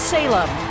Salem